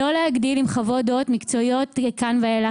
לא להגדיל עם חוות דעת מקצועיות כאן ואילך.